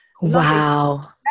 Wow